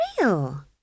real